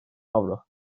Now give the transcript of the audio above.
avro